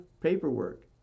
paperwork